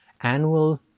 annual